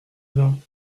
vint